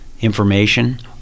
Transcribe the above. information